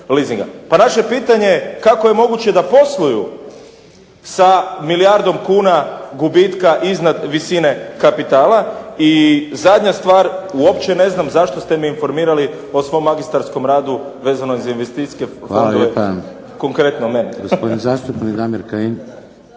Pa naše pitanje je kako je moguće da posluju sa milijardom kn gubitka iznad visini kapitala i zadnja stvar, uopće ne znam zašto ste me informirali o svom magistarskom radu vezano za investicijske fondove, konkretno mene.